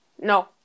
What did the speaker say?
No